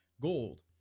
gold